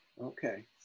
Okay